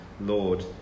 Lord